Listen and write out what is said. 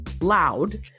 loud